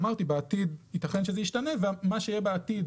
אמרתי שבעתיד ייתכן שזה ישתנה ומה שיהיה בעתיד